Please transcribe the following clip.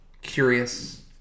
curious